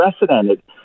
unprecedented